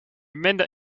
minder